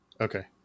Okay